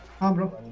hundred